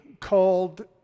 called